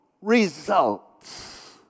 results